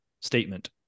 statement